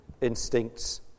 instincts